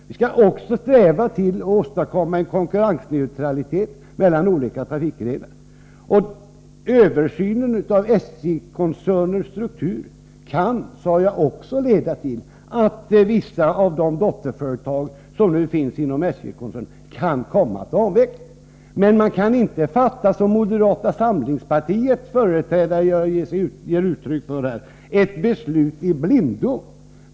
Vi skall också sträva efter att åstadkomma konkurrensneutralitet mellan olika trafikgrenar. Översynen av SJ-koncernens struktur kan, sade jag vidare, leda till att vissa av de dotterföretag som nu finns inom SJ-koncernen kommer att avvecklas. Men man kan inte fatta ett beslut i blindo — vilket moderata samlingspartiets företrädare ger uttryck för här.